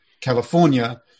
California